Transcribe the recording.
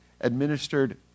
administered